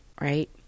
right